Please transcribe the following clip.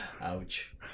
ouch